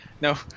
No